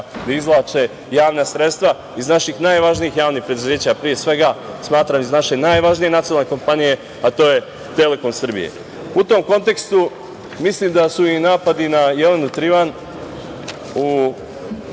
da izvlače javna sredstva iz naših najvažnijih javnih preduzeća, pre svega, smatram iz naše najvažnije nacionalne kompanije, a to je „Telekom“ Srbija.U tom kontekstu mislim i napadi na Jelenu Trivan